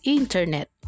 internet